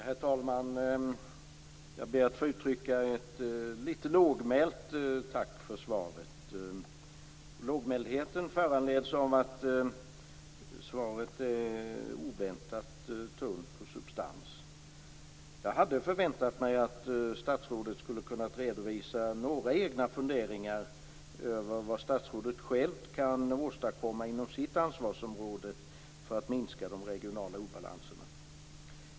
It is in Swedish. Herr talman! Jag ber att få uttrycka ett lite lågmält tack för svaret. Lågmäldheten föranleds av att svaret är oväntat tunt på substans. Jag hade förväntat mig att statsrådet skulle ha kunnat redovisa några egna funderingar över vad statsrådet själv kan åstadkomma inom sitt ansvarsområde för att minska de regionala obalanserna.